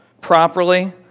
properly